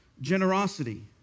generosity